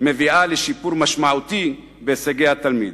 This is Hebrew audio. מביאה לשיפור משמעותי בהישגי התלמיד.